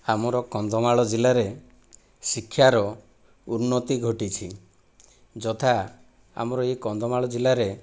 ଆମର କନ୍ଧମାଳ ଜିଲ୍ଲାରେ ଶିକ୍ଷାର ଉନ୍ନତି ଘଟିଛି ଯଥା ଆମର ଏଇ କନ୍ଧମାଳ ଜିଲ୍ଲାରେ